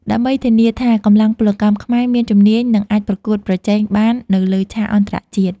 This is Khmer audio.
ដើម្បីធានាថាកម្លាំងពលកម្មខ្មែរមានជំនាញ និងអាចប្រកួតប្រជែងបាននៅលើឆាកអន្តរជាតិ។